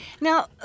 Now